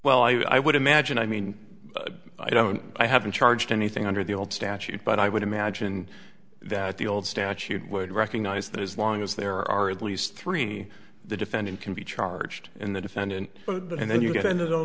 well i would imagine i mean i don't i haven't charged anything under the old statute but i would imagine that the old statute would recognize that as long as there are at least three the defendant can be charged in the defendant and then you get